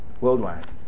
worldwide